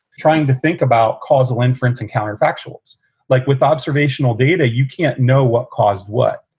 trying to think about causal inference and counterfactuals like with observational data. you can't know what caused what.